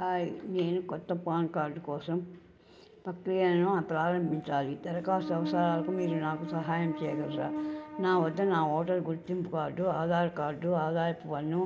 hi నేను కొత్త PAN card కోసం పక్రియను ప్రారంభించాలి దరఖాస్తు అవసరాలకు మీరు నాకు సహాయం చెయ్యగలరా నా వద్ద నా ఓటరు గుర్తింపు కార్డు ఆధార్ కార్డు ఆదాయపు పన్ను